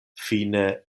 fine